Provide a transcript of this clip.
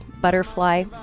butterfly